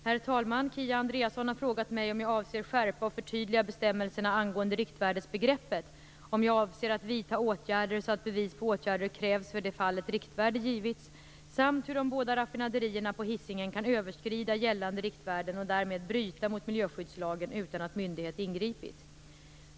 Herr talman! Kia Andreasson har frågat mig om jag avser att skärpa och förtydliga bestämmelserna angående riktvärdesbegreppet, om jag avser att vidta åtgärder så att bevis på åtgärder krävs för det fall ett riktvärde givits, samt hur de båda raffinaderierna på Hisingen kan överskrida gällande riktvärden och därmed bryta mot miljöskyddslagen utan att myndighet ingripit.